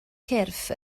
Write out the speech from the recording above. cyrff